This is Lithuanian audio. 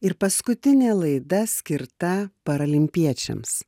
ir paskutinė laida skirta paralimpiečiams